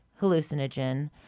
hallucinogen